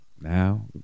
now